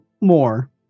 more